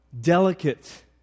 delicate